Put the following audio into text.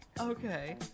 Okay